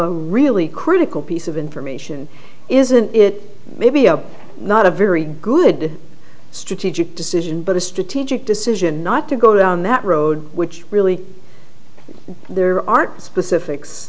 a really critical piece of information isn't it maybe a not a very good strategic decision but a strategic decision not to go down that road which really there aren't specifics